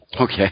Okay